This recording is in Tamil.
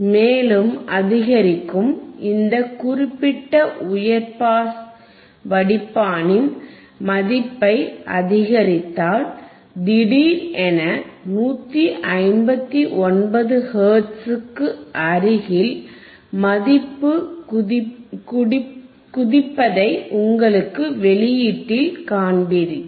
மேலும் அதிகரிக்கும் இந்த குறிப்பிட்ட உயர் பாஸ் வடிப்பானின் மதிப்பை அதிகரித்தால் திடீரென 159 ஹெர்ட்ஸுக்கு அருகில் மதிப்பு குதிப்பதைக் உங்கள் வெளியீட்டில் காண்பீர்கள்